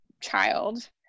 child